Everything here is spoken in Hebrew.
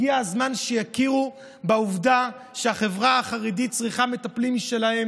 הגיע הזמן שיכירו בעובדה שהחברה החרדית צריכה מטפלים משלה,